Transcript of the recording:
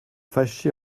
fâché